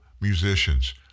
musicians